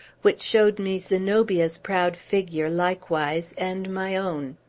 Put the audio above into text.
which showed me zenobia's proud figure, likewise, and my own.